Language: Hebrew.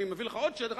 אני מביא לך עוד שד אחד.